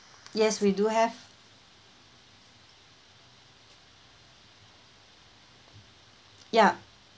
yes we do have ya